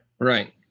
Right